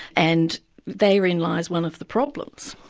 and therein lies one of the problems.